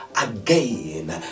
again